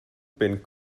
been